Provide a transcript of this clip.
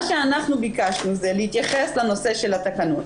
מה שאנחנו ביקשנו זה להתייחס לנושא של התקנות,